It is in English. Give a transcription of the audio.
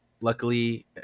luckily